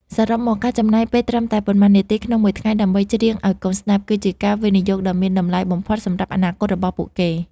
សរុបមក ការចំណាយពេលត្រឹមតែប៉ុន្មាននាទីក្នុងមួយថ្ងៃដើម្បីច្រៀងឱ្យកូនស្តាប់ គឺជាការវិនិយោគដ៏មានតម្លៃបំផុតសម្រាប់អនាគតរបស់ពួកគេ។